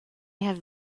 have